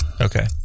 Okay